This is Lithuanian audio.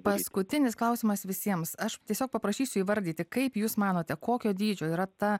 paskutinis klausimas visiems aš tiesiog paprašysiu įvardyti kaip jūs manote kokio dydžio yra ta